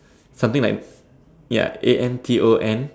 something like ya A N T O